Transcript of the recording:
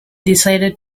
decided